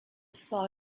saw